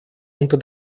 unter